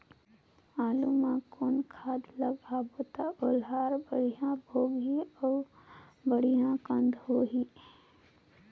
आलू मा कौन खाद लगाबो ता ओहार बेडिया भोगही अउ बेडिया कन्द होही?